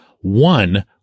One